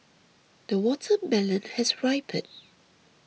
the watermelon has ripened